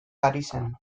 parisen